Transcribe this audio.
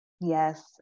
Yes